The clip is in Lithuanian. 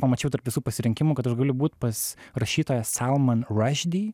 pamačiau tarp visų pasirinkimų kad aš galiu būt pas rašytoją salman rushdie